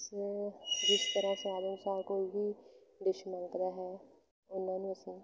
ਜਿਸ ਜਿਸ ਤਰ੍ਹਾਂ ਸੁਆਦ ਅਨੁਸਾਰ ਕੋਈ ਵੀ ਡਿਸ਼ ਮੰਗਦਾ ਹੈ ਉਹਨਾਂ ਨੂੰ ਅਸੀਂ